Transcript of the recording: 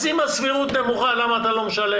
אז אם הסבירות נמוכה, למה אתה לא משלם?